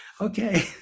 okay